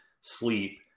sleep